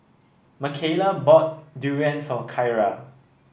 Makayla bought durian for Kyra